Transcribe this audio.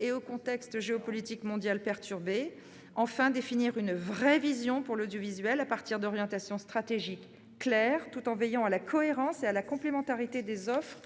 et au contexte géopolitique mondial perturbé ; enfin, de définir une véritable vision pour l'audiovisuel public à partir d'orientations stratégiques claires, tout en veillant à la cohérence et à la complémentarité des offres